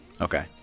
Okay